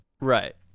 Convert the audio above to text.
Right